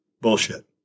bullshit